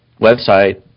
website